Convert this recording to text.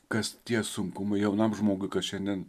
kas tie sunkumai jaunam žmogui kas šiandien